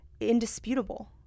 indisputable